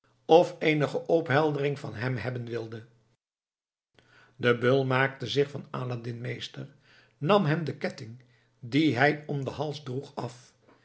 of eenige opheldering van hem hebben wilde de beul maakte zich van aladdin meester nam hem den ketting dien hij om den hals droeg af